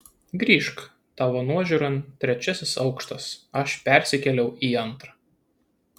grįžk tavo nuožiūron trečiasis aukštas aš persikėliau į antrą